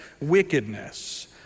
wickedness